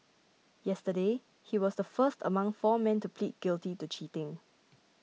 yesterday he was the first among four men to plead guilty to cheating